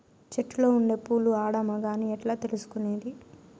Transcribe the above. చెట్టులో ఉండే పూలు ఆడ, మగ అని ఎట్లా తెలుసుకునేది?